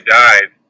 died